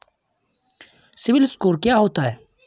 CIBIL score क्या होता है?